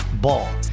Ball